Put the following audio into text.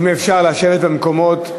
אם אפשר לשבת במקומות,